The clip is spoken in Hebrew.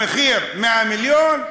המחיר 100 מיליון,